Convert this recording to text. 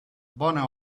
bona